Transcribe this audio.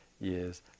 years